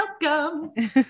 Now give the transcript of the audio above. welcome